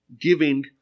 giving